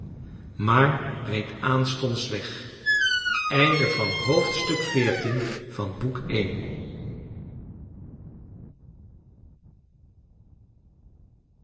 maar reed aanstonds weg